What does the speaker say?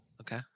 Okay